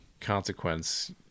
consequence